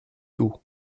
tout